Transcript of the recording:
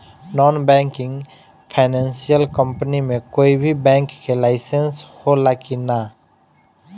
Non banking financial company मे कोई भी बैंक के लाइसेन्स हो ला कि ना?